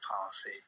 policy